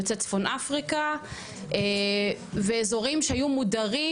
יוצאי צפון אפריקה ואזורים שהיו מודרים